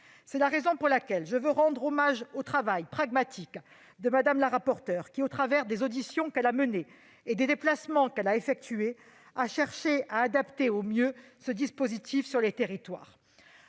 C'est la raison pour laquelle je veux rendre hommage au travail pragmatique de Mme le rapporteur, qui, au travers des auditions qu'elle a menées et des déplacements qu'elle a effectués, a cherché à adapter au mieux ce dispositif sur les territoires.